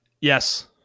Yes